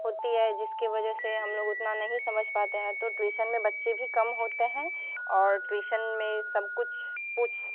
होती है जिसके वजह से हम लोग उतना नहीं समझ पाते हैं तो ट्यूशन में बच्चे भी कम होते हैं और ट्यूशन में पूछ